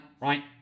Right